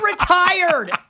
retired